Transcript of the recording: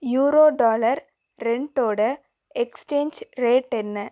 euro dollar ரெண்டோடய exchange rate என்ன